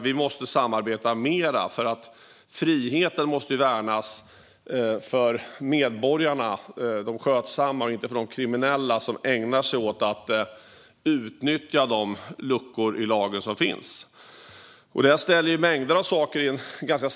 Vi måste samarbeta mer för att friheten ska värnas för medborgarna, de skötsamma, och inte för de kriminella som ägnar sig åt att utnyttja de luckor i lagen som finns. Det här ställer snabbt mängder av saker i blixtbelysning.